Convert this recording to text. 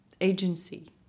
agency